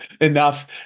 enough